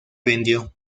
vendió